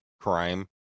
crime